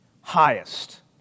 highest